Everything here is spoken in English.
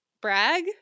brag